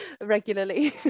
regularly